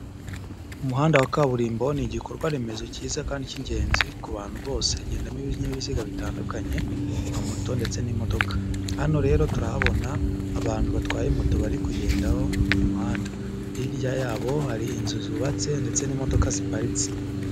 Umuhanda wa kaburimbo ni igikorwa remezo cyiza kandi cy'ingenzi ku bantu bose, hagendamo ibinyabiziga bitandukanye nka moto ndetse n'imodoka, hano rero turahabona abantu batwaye moto bari kugendaho mu muhanda, hirya yabo hari inzu zubatse ndetse n'imodoka ziparitse.